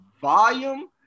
volume